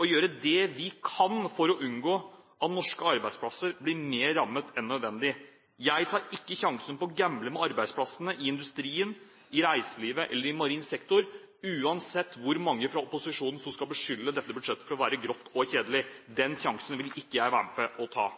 å gjøre det vi kan for å unngå at norske arbeidsplasser blir mer rammet enn nødvendig. Jeg tar ikke sjansen på å gamble med arbeidsplassene i industrien, i reiselivet eller i marin sektor uansett hvor mange fra opposisjonen som skal beskylde dette budsjettet for å være grått og kjedelig. Den sjansen vil ikke jeg være med på å ta.